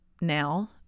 now